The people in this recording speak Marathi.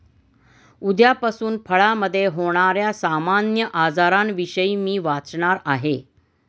उद्यापासून फळामधे होण्याऱ्या सामान्य आजारांविषयी मी वाचणार आहे